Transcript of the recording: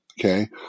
okay